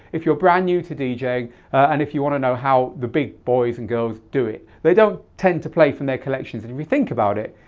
if you're brand new to djing and if you want to know how the big boys and girls do it, they don't tend to play from their collections and if you think about it,